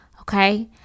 Okay